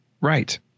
Right